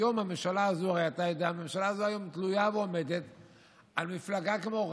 היום הממשלה הזאת תלויה ועומדת על מפלגה כמו רע"מ,